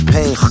Pain